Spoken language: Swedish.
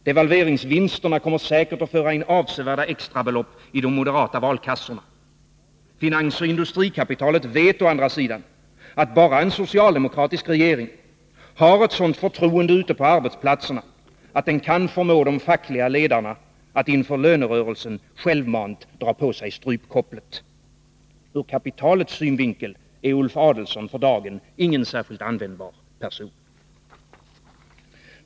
Devalveringsvinsterna kommer säkert att föra in avsevärda extrabelopp i de moderata valkassorna. Finansoch industrikapitalet vet å andra sidan, att bara en socialdemokratisk regering har ett sådant förtroende ute på arbetsplatserna att den kan förmå de fackliga ledarna att inför lönerörelsen självmant dra på sig strypkopplet. Ur kapitalets synvinkel är Ulf Adelsohn för dagen ingen särskilt användbar person.